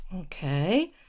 Okay